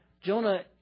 Jonah